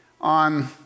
on